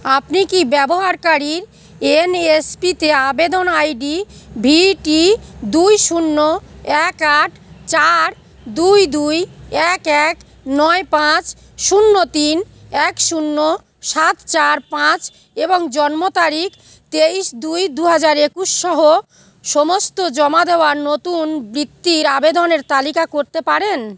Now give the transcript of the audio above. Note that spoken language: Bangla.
আপনি কি ব্যবহারকারীর এনএসপিতে আবেদন আইডি ভি টি দুই শূন্য এক আট চার দুই দুই এক এক নয় পাঁচ শূন্য তিন এক শূন্য সাত চার পাঁচ এবং জন্ম তারিখ তেইশ দুই দু হাজার একুশ সহ সমস্ত জমা দেওয়ার নতুন বৃত্তির আবেদনের তালিকা করতে পারেন